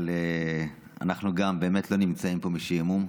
אבל אנחנו גם באמת לא נמצאים פה משעמום.